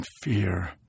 fear